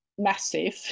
massive